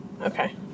Okay